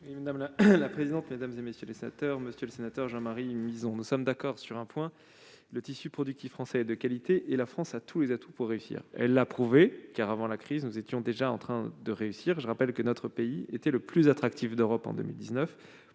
? La parole est à M. le secrétaire d'État. Monsieur le sénateur Jean-Marie Mizzon, nous sommes d'accord sur un point : le tissu productif français est de qualité, et la France a tous les atouts pour réussir. Elle l'a prouvé, car, avant la crise, nous étions déjà en train de réussir. Je rappelle que, en 2019, notre pays était le plus attractif d'Europe pour